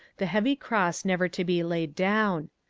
the heavy cross never to be laid down.